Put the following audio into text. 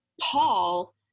Paul